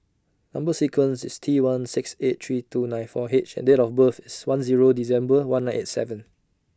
Number sequence IS T one six eight three two nine four H and Date of birth IS one Zero December one nine eight seven